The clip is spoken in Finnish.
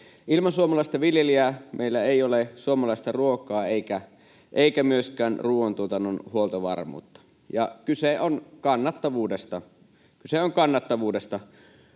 Ilman suomalaista viljelijää meillä ei ole suomalaista ruokaa eikä myöskään ruuantuotannon huoltovarmuutta. Ja kyse on kannattavuudesta.